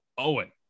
Owen